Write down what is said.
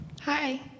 Hi